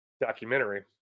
documentary